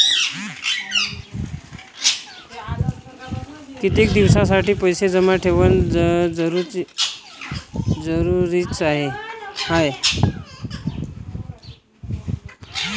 कितीक दिसासाठी पैसे जमा ठेवणं जरुरीच हाय?